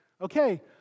okay